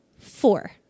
Four